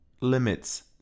limits